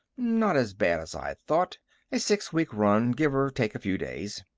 not as bad as i had thought a six-week run, give or take a few days.